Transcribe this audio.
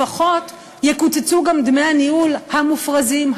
לפחות יקוצצו גם דמי הניהול המופרזים,